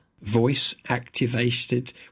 voice-activated